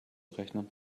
rechnen